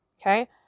Okay